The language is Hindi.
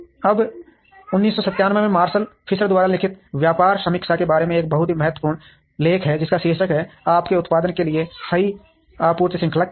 अब 1997 में मार्शल फिशर द्वारा लिखित व्यापार समीक्षा के बारे में एक बहुत ही महत्वपूर्ण और लेख है जिसका शीर्षक है आपके उत्पाद के लिए सही आपूर्ति श्रृंखला क्या है